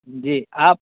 جی آپ